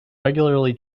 regularly